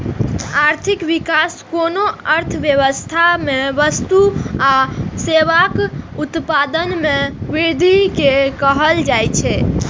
आर्थिक विकास कोनो अर्थव्यवस्था मे वस्तु आ सेवाक उत्पादन मे वृद्धि कें कहल जाइ छै